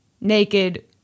naked